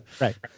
Right